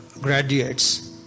graduates